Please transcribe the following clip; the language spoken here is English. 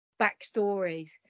backstories